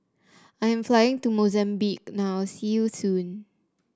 I am flying to Mozambique now see you soon